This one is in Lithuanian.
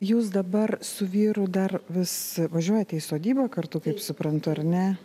jūs dabar su vyru dar vis važiuojate į sodybą kartu kaip suprantu ar ne